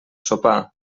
sopar